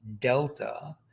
delta